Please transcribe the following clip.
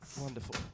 Wonderful